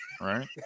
right